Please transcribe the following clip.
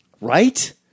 right